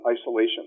isolation